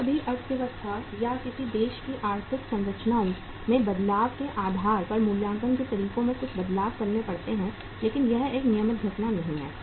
कभी कभी अर्थव्यवस्था या किसी देश की आर्थिक संरचनाओं में बदलाव के आधार पर मूल्यांकन के तरीकों में कुछ बदलाव करने पड़ते हैं लेकिन यह एक नियमित घटना नहीं है